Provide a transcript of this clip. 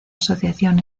asociación